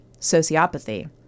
Sociopathy